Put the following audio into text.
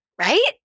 Right